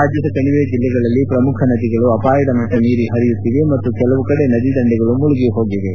ರಾಜ್ಯದ ಕಣಿವೆ ಜಿಲ್ಲೆಗಳಲ್ಲಿ ಪ್ರಮುಖ ನದಿಗಳು ಅಪಾಯದ ಮಟ್ಟ ಮೀರಿ ಹರಿಯುತ್ತಿವೆ ಮತ್ತು ಕೆಲವು ಕಡೆ ನದಿ ದಂಡೆಗಳು ಮಳುಗಿಹೋಗಿವೆ